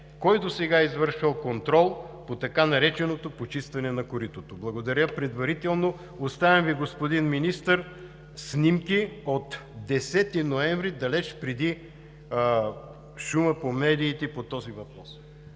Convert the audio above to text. Кой досега е извършвал контрол по така нареченото почистване на коритото? Благодаря предварително. Оставям Ви, господин Министър, снимки от 10 ноември, далеч преди шума по медиите по този въпрос.